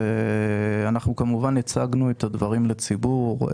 ואנחנו הצגנו את הדברים לציבור.